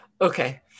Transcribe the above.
Okay